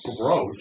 Gross